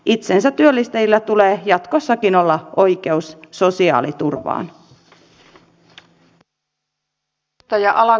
itsensätyöllistäjillä tulee jatkossakin olla oikeus sosiaaliturvaan